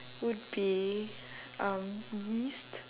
would be um yeast